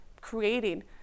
creating